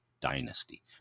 Dynasty